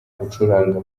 gucuranga